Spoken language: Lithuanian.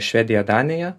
švedija danija